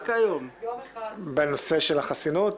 בנושא החסינות?